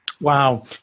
Wow